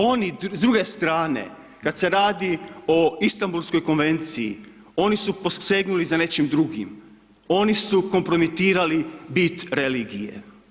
Oni s druge strane, kada se radi o Istanbulskoj konvenciji, oni su posegnuli za nečim drugim, oni su kompromitirali bit religije.